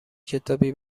کتابی